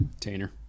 tainer